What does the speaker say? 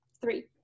three